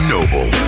Noble